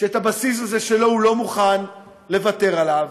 הבסיס הזה שלו, הוא לא מוכן לוותר עליו